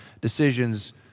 decisions